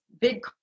big